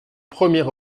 première